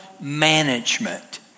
management